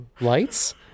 lights